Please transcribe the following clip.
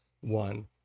one